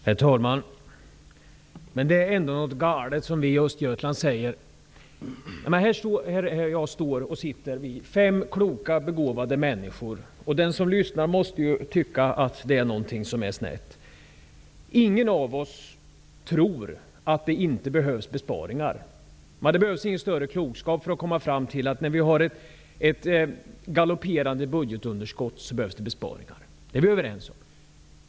Herr talman! Det är ändå något galet. Här sitter fem kloka begåvade människor. Den som lyssnar på debatten måste tycka att någonting är snett. Ingen av oss tror att det inte behövs besparingar. Det behövs ingen större klokskap för att komma fram till att det behövs besparingar när vi har ett galopperande budgetunderskott. Det är vi överens om.